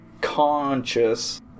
Conscious